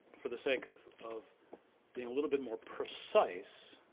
for the sake of of being a little bit more precise,